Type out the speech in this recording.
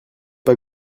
pas